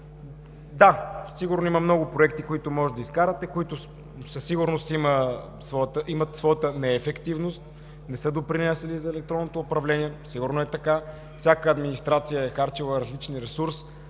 Да, сигурно има много проекти, които може да изкарате, които със сигурност имат своята неефективност, не са допринесли за електронното управление. Сигурно е така. Всяка администрация е харчила различен ресурс,